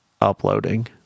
uploading